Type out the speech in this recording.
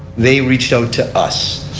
they reached out to us.